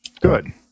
Good